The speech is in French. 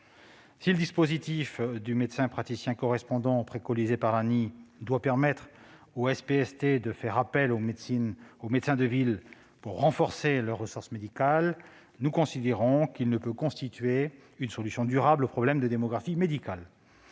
Si le dispositif du médecin praticien correspondant, préconisé par l'ANI, doit permettre aux SPST de faire appel aux médecins de ville pour renforcer leurs ressources médicales, nous considérons qu'il ne peut constituer une solution durable au problème de la démographie médicale.